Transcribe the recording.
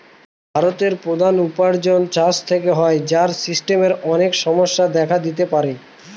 ভারতের প্রধান উপার্জন চাষ থেকে হয়, যার সিস্টেমের অনেক সমস্যা দেখা দিতে পারে